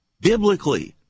biblically